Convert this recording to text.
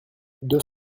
deux